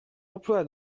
emploi